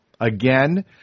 Again